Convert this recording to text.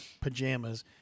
pajamas